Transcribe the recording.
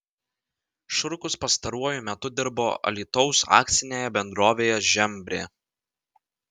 šurkus pastaruoju metu dirbo alytaus akcinėje bendrovėje žembrė